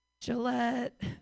Gillette